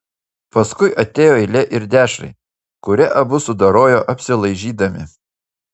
paskui atėjo eilė ir dešrai kurią abu sudorojo apsilaižydami